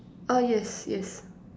err yes yes